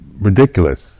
ridiculous